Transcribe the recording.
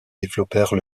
développèrent